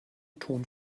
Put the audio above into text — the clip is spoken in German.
ton